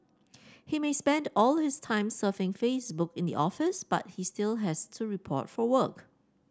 he may spend all his time surfing Facebook in the office but he still has to report for work